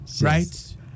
right